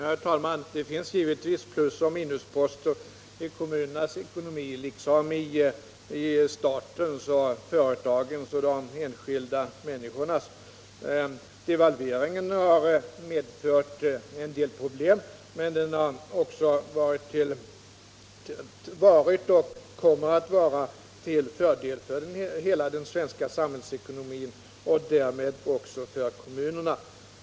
Herr talman! Det finns givetvis plusoch minusposter i kommunernas ekonomi liksom i statens, företagens och de enskilda människornas. Devalveringen har medfört en del problem, men den har också varit och 27 kommer att vara till fördel för hela den svenska samhällsekonomin och därmed också för kommunerna.